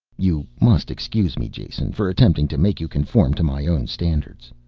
you must excuse me, jason, for attempting to make you conform to my own standards.